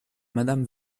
madame